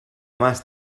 más